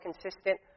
consistent